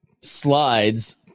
slides